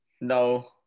no